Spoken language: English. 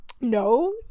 No